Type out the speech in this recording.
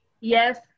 Yes